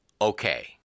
okay